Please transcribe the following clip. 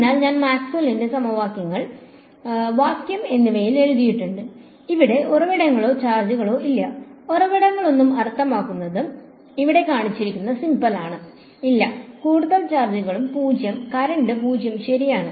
അതിനാൽ ഞാൻ മാക്സ്വെല്ലിന്റെ സമവാക്യങ്ങൾ വാക്വം വാക്വം എന്നിവയിൽ എഴുതിയിട്ടുണ്ട് അതിന് ഉറവിടങ്ങളോ ചാർജുകളോ ഇല്ല ഉറവിടങ്ങളൊന്നും അർത്ഥമാക്കുന്നത് 0 ആണ് ഇല്ല കൂടാതെ ചാർജുകളും 0 കറന്റ് 0 ശരിയാണ്